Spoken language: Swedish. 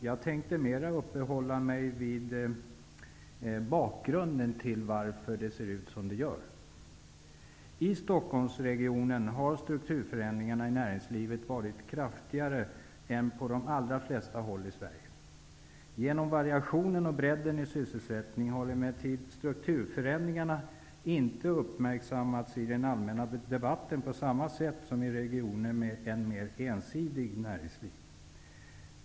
Jag tänker mera uppehålla mig vid bakgrunden till att det ser ut som det gör. I Stockholmsregionen har strukturförändringarna i näringslivet varit kraftigare än på de allra flesta håll i Sverige. Genom variationen och bredden i sysselsättningen har emellertid strukturförändringarna inte uppmärksammats i den allmänna debatten på samma sätt som i regioner med mer ensidigt näringsliv.